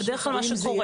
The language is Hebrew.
זה בדרך כלל מה שקורה.